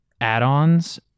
add-ons